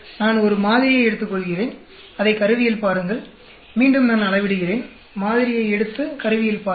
நான் ஒரு மாதிரியை எடுத்துக்கொள்கிறேன் அதை கருவியில் பாருங்கள் மீண்டும் நான் அளவிடுகிறேன் மாதிரியை எடுத்து கருவியில் பாருங்கள்